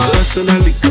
Personally